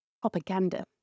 propaganda